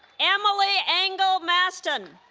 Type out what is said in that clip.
emily engel masten